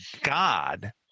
God